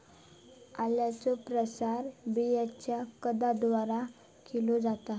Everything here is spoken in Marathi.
आल्याचो प्रसार बियांच्या कंदाद्वारे केलो जाता